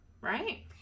Right